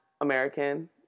American